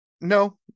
No